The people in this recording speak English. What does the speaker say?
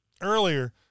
earlier